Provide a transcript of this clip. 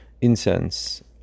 incense